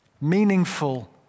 meaningful